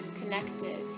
connected